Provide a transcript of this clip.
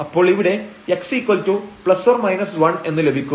അപ്പോൾ ഇവിടെ x±1 എന്ന് ലഭിക്കും